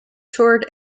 toured